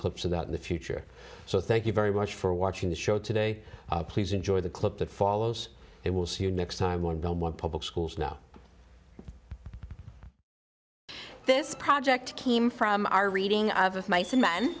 clips of that in the future so thank you very much for watching the show today please enjoy the clip that follows it will see you next time don't want public schools now this project came from our reading of of mice and men